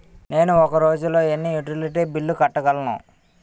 నేను ఒక రోజుల్లో ఎన్ని యుటిలిటీ బిల్లు కట్టగలను?